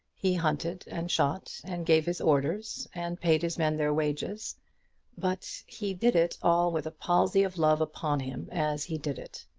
he hunted, and shot, and gave his orders, and paid his men their wages but he did it all with a palsy of love upon him as he did it.